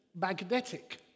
magnetic